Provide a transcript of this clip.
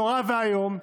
נורא ואיום.